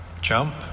Jump